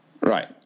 Right